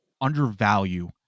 undervalue